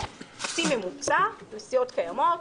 עושים ממוצע לסיעות קיימות,